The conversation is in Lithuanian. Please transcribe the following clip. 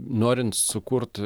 norint sukurt